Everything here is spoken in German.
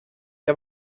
der